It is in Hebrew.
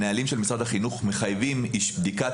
הנהלים של משרד החינוך מחייבים בדיקת